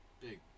big